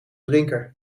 drinker